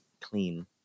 clean